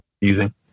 using